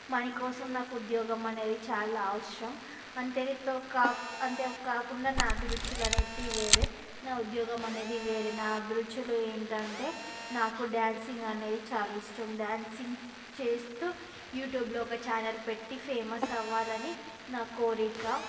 money కోసం నాకు ఉద్యోగం అనేది చాలా అవసరం అంతే గింతే కా అంతే కాకుండా నా అభిరుచులు అనేటివి వేరే నా ఉద్యోగం అనేది వేరే నా అభిరుచులు ఏంటంటే నాకు డాన్సింగ్ అనేది చాలా ఇష్టం డాన్సింగ్ చేస్తూ యూట్యూబ్లో ఒక ఛానల్ పెట్టి ఫేమస్ అవ్వాలని నా కోరిక